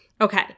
Okay